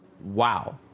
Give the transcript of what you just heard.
wow